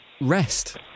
rest